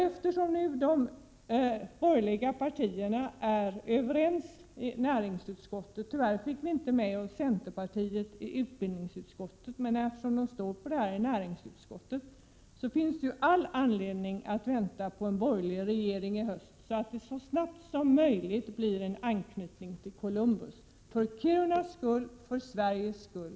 Eftersom de borgerliga partierna är överens i näringsutskottet — tyvärr fick vi i utbildningsutskottet inte med oss centerpartiet, men centern står bakom detta i näringsutskottet — finns det all anledning att vänta på en borgerlig regering i höst, så att det så snabbt som möjligt blir en anknytning till Columbus, för Kirunas skull och för Sveriges skull.